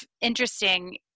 interesting